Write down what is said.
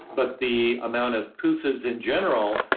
but the amount of pufas in general,